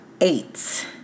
eight